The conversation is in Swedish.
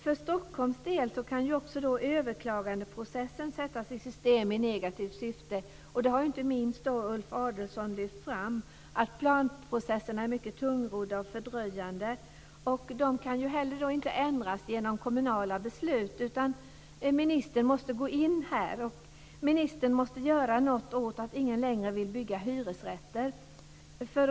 För Stockholms del kan överklagandeprocessen sättas i system i negativt syfte. Inte minst har Ulf Adelsohn lyft fram att planprocesserna är mycket tungrodda och fördröjande. De kan inte ändras genom kommunala beslut, utan ministern måste gå in och göra något åt att ingen längre vill bygga hyresrätter.